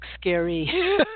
scary